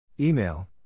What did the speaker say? Email